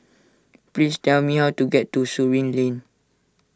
please tell me how to get to Surin Lane